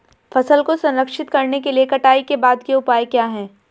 फसल को संरक्षित करने के लिए कटाई के बाद के उपाय क्या हैं?